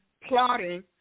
plotting